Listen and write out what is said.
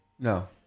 No